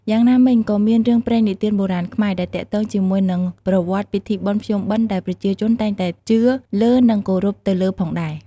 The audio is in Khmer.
យ៉ាងណាមិញក៏មានរឿងព្រេងនិទានបុរាណខ្មែរ ដែលទាក់ទងជាមួយនឹងប្រវតិ្តពីធិបុណ្យភ្ជុំបិណ្ឌដែលប្រជាជនតែងតែជឿលើនិងគោរពទៅលើផងដែរ។